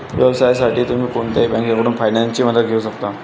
व्यवसायासाठी तुम्ही कोणत्याही बँकेकडून फायनान्सची मदत घेऊ शकता